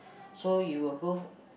so you will go